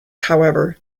however